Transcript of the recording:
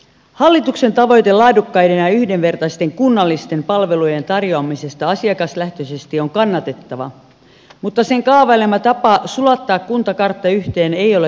hallituksen tavoite laadukkaiden ja yhdenvertaisten kunnallisten palvelujen tarjoamisesta asiakaslähtöisesti on kannatettava mutta sen kaavailema tapa sulattaa kuntakartta yhteen ei ole hyväksyttävä